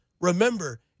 remember